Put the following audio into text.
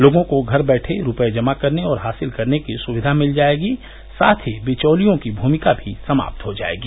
लोगों को घर वैठे रूपये जमा करने और हासिल करने की सुविधा मिल जायेगी साथ ही बिचौलियों की भूमिका भी समाप्त हो जायेगी